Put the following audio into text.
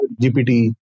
GPT